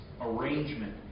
arrangement